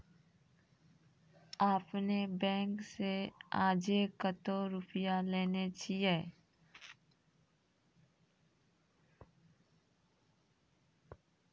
आपने ने बैंक से आजे कतो रुपिया लेने छियि?